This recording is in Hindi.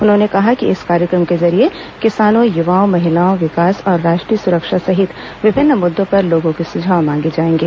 उन्होंने कहा कि इस कार्यक्रम के जरिए किसानों युवाओं महिलाओं विकास और राष्ट्रीय सुरक्षा सहित विभिन्न मुद्दों पर लोगों के सुझाव मांगे जायेंगे